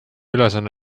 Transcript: ülesanne